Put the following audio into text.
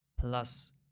plus